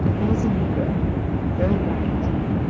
he is a negro very black indeed.